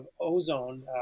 ozone